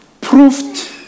proved